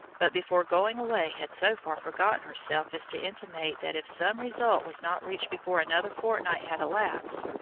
but before going away had so far forgotten herself as to intimate that if some result was not reached before another fortnight had elapsed,